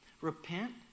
Repent